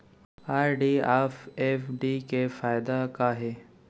RD अऊ FD के फायेदा का हे?